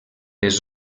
les